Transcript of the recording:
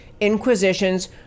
inquisition's